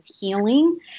healing